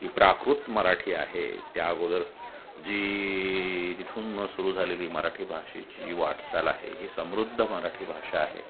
ही प्राकृत मराठी आहे त्या अगोदर जी तिथून सुरू झालेली मराठी भाषेची वाटचाल आहे ही समृद्ध मराठी भाषा आहे